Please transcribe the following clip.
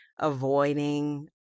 avoiding